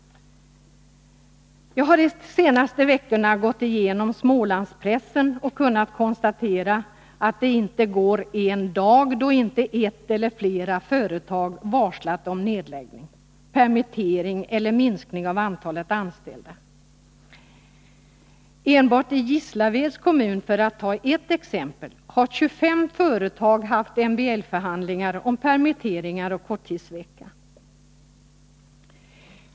Jag har de senaste veckorna gått igenom Smålandspressen och kunnat konstatera att det inte gått en dag då inte ett eller flera företag varslat om nedläggning, permittering eller minskning av antalet anställda. Enbart i Gislaveds kommun, för att ta ett exempel, har 25 företag haft MBL förhandlingar om permitteringar och korttidsvecka.